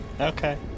Okay